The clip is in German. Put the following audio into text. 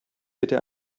bitte